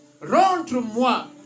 Rentre-moi